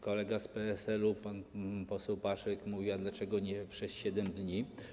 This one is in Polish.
Kolega z PSL, pan poseł Paszyk, zapytał, dlaczego nie przez 7 dni.